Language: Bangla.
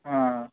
হ্যাঁ